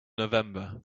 november